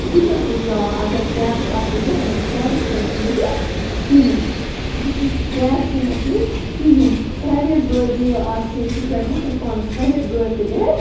بہٕ تہِ ٲسٕس چا اگر کیبٕس آسہِ ہا یورٕ مگر کیبٕس چھنہٕ اَسہِ ییٚتہِ کِہیٖنۍ بہٕ چھس کیبٕس چھِنہٕ اَسہِ ییٚتہِ کِہیٖنۍ پرٛایویٹ گٲڑی آسہِ ہے تِکیٛازِ مےٚ چھَنہٕ پانَس پرٛایویٹ گٲڑۍ تہِ گَرِ